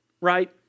right